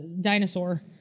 dinosaur